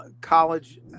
College